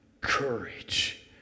courage